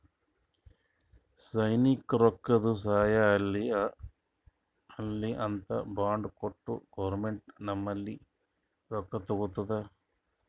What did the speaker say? ಸೈನ್ಯಕ್ ರೊಕ್ಕಾದು ಸಹಾಯ ಆಲ್ಲಿ ಅಂತ್ ಬಾಂಡ್ ಕೊಟ್ಟು ಗೌರ್ಮೆಂಟ್ ನಂಬಲ್ಲಿ ರೊಕ್ಕಾ ತಗೊತ್ತುದ